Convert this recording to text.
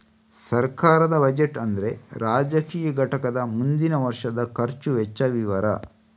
ಸರ್ಕಾರದ ಬಜೆಟ್ ಅಂದ್ರೆ ರಾಜಕೀಯ ಘಟಕದ ಮುಂದಿನ ವರ್ಷದ ಖರ್ಚು ವೆಚ್ಚ ವಿವರ